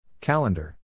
Calendar